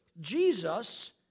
Jesus